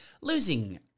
Losing